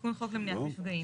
תיקון חוק למניעת מפגעים.